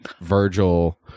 Virgil